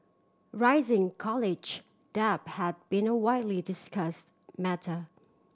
rising college debt has been a widely discussed matter